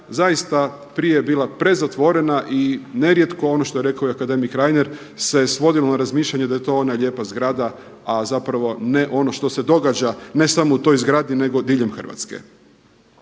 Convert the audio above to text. zaista prije je bila prezatvorena i nerijetko ono što je rekao akademik Reiner se svodilo na razmišljanje da je to ona lijepa zgrada, a ne ono što se događa ne samo u toj zgradi nego diljem Hrvatske.